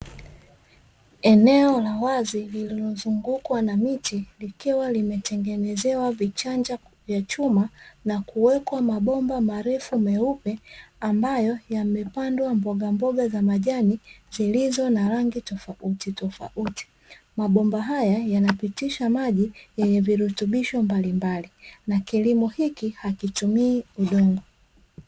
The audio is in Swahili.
Eneo la wazi lililozungukwa na miti likiwa limetengenezewa vichanja vya chuma na kuwekwa mabomba marefu meupe, ambayo yamepandwa mbogamboga za majani zilizo na rangi tofautitofauti. Mabomba haya yanapitisha maji yenye virutubisho mbalimbali, na kilimo hiki hakitumii udongo.